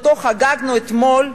שאותו חגגנו אתמול,